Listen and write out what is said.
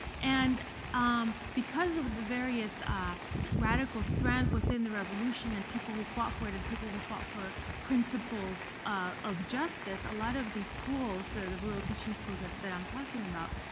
and um because of the various radical strands within the revolution and people who fought for it and people who fought for principles of justice, a lot of these schools, the the rural teaching schools that that i'm talking about,